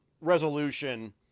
resolution